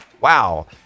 wow